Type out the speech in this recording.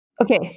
Okay